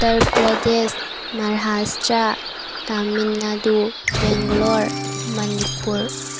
Uttar Pradesh Maharashtra Tamil Nadu Bangalore Manipur